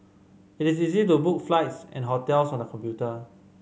it is easy to book flights and hotels on the computer